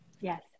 yes